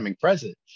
president